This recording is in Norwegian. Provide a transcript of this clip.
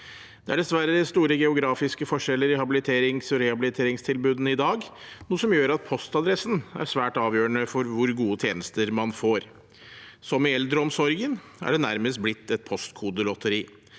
Det er dessverre store geografiske forskjeller i habiliterings- og rehabiliteringstilbudene i dag, noe som gjør at postadressen er svært avgjørende for hvor gode tjenester man får. Ieldreomsorgen er det nærmest blitt et postkodelotteri.